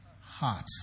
heart